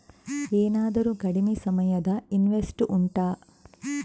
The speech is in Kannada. ಏನಾದರೂ ಕಡಿಮೆ ಸಮಯದ ಇನ್ವೆಸ್ಟ್ ಉಂಟಾ